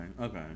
okay